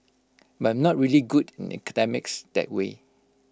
but I'm not really good in academics that way